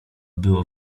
było